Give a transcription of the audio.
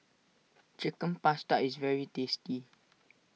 Chicken Pasta is very tasty